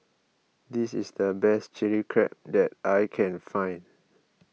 this is the best Chili Crab that I can find